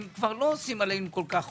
הם כבר לא עושים עלינו כל כך רושם.